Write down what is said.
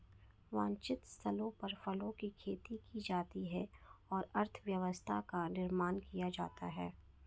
वांछित स्थलों पर फलों की खेती की जाती है और अर्थव्यवस्था का निर्माण किया जाता है